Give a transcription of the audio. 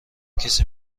کسی